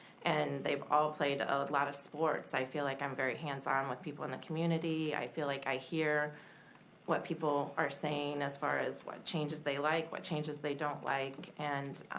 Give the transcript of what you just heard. and they've all played a lot of sports. i feel like i'm very hands on with people in the community. i feel like i hear what people are saying as far as what changes they like, what changes they don't like. and